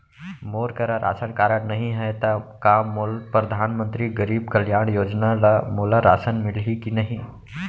मोर करा ration card नहीं है त का मोल परधानमंतरी गरीब कल्याण योजना ल मोला राशन मिलही कि नहीं?